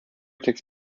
takes